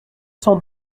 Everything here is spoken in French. cent